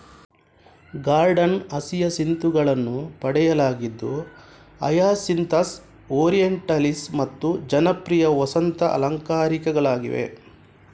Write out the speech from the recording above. garden ಹಸಿಯಸಿಂತುಗಳನ್ನು ಪಡೆಯಲಾಗಿದ್ದು hyacinthus, orientalis ಮತ್ತು ಜನಪ್ರಿಯ ವಸಂತ ಅಲಂಕಾರಿಕಗಳಾಗಿವೆ